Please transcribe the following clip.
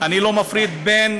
אני לא מפריד בין